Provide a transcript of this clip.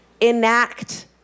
enact